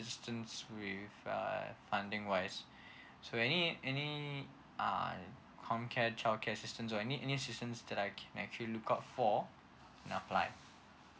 assistance with uh funding wise so any any uh com care childcare assistance or any any assistance that I can actually look out for and apply